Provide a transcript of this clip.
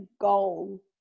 goal